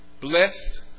Blessed